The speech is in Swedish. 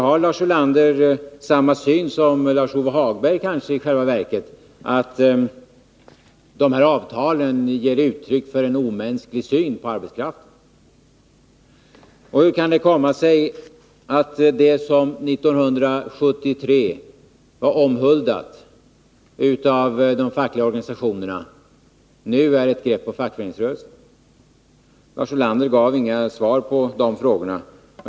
Har Lars Ulander i själva verket samma syn som Lars-Ove Hagberg, att de här avtalen ger uttryck för en omänsklig syn på arbetskraften? Hur kan det komma sig att det som 1973 var omhuldat av de fackliga organisationerna nu anses vara så att säga ett grepp på fackföreningsrörelsen? Lars Ulander gav inga svar på frågorna.